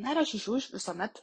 na ir aš iš jų visuomet